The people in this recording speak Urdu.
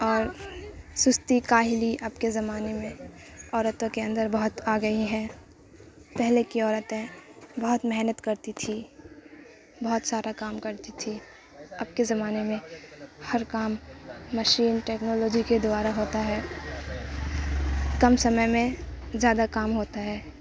اور سستی کاہلی اب کے زمانے میں عورتوں کے اندر بہت آ گئی ہے پہلے کی عورتیں بہت محنت کرتی تھی بہت سارا کام کرتی تھی اب کے زمانے میں ہر کام مشین ٹیکنالوجی کے دوارا ہوتا ہے کم سمے میں زیادہ کام ہوتا ہے